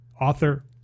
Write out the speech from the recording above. author